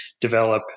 develop